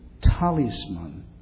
talisman